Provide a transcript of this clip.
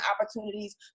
opportunities